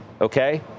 okay